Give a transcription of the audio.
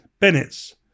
Bennett's